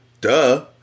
Duh